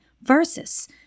versus